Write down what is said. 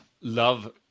love